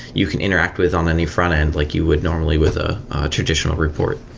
you can interact with on any frontend like you would normally with a traditional report.